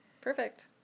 Perfect